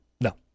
No